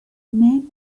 men